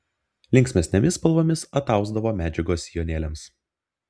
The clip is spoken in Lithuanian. linksmesnėmis spalvomis atausdavo medžiagos sijonėliams